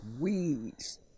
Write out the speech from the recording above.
weeds